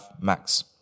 max